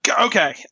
okay